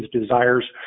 desires